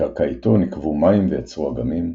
בקרקעיתו נקוו מים ויצרו אגמים,